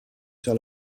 sur